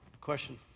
Question